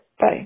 Bye